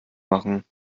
machen